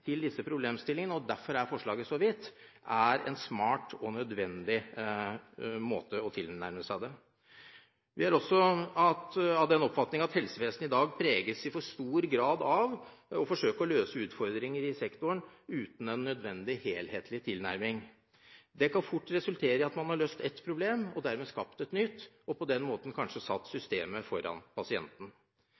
til disse problemstillingene er en smart og nødvendig måte å tilnærme seg dette på. Derfor er forslaget så vidt. Vi er også av den oppfatning at helsevesenet i dag preges i for stor grad av å forsøke å løse utfordringer i sektoren uten en nødvendig helhetlig tilnærming. Det kan fort resultere i at man har løst ett problem, og dermed skapt et nytt og på den måten kanskje satt systemet foran pasienten.